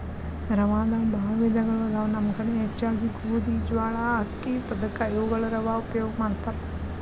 ರವಾದಾಗ ಬಾಳ ವಿಧಗಳು ಅದಾವ ನಮ್ಮ ಕಡೆ ಹೆಚ್ಚಾಗಿ ಗೋಧಿ, ಜ್ವಾಳಾ, ಅಕ್ಕಿ, ಸದಕಾ ಇವುಗಳ ರವಾ ಉಪಯೋಗ ಮಾಡತಾರ